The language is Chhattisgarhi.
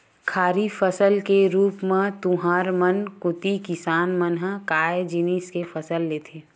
खरीफ फसल के रुप म तुँहर मन कोती किसान मन ह काय जिनिस के फसल लेथे?